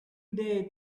day